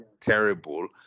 terrible